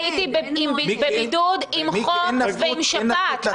הייתי בבידוד עם חום ועם שפעת,